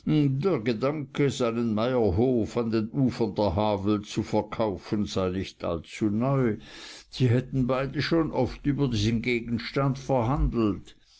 der gedanke seinen meierhof an den ufern der havel zu verkaufen sei nicht allzuneu sie hätten beide schon oft über diesen gegenstand verhandelt